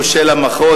מושל המחוז,